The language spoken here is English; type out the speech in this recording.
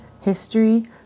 history